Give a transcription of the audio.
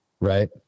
Right